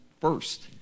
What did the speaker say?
first